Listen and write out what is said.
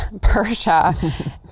Persia